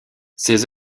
ses